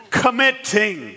committing